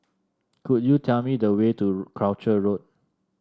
could you tell me the way to Croucher Road